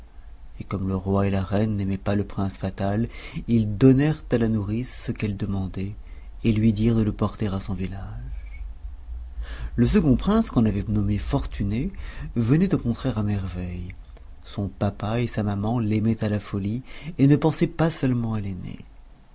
et comme le roi et la reine n'aimaient pas le prince fatal ils donnèrent à la nourrice ce qu'elle demandait et lui dirent de le porter à son village le second prince qu'on avait nommé fortuné venait au contraire à merveille son papa et sa maman l'aimaient à la folie et ne pensaient pas seulement à